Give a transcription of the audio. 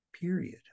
period